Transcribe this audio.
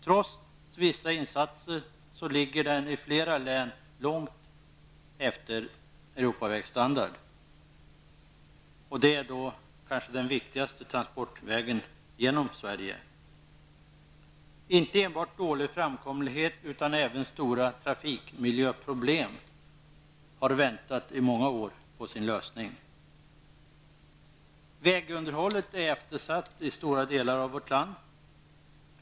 Trots vissa insatser ligger dess standard i flera län långt under Europavägsstandard, trots att denna väg kanske är den viktigaste transportvägen genom Sverige. Inte enbart problemen med dålig framkomlighet utan även stora trafikmiljöproblem väntar sedan många år tillbaka på en lösning. Vägunderhållet är eftersatt i stora delar av vårt land.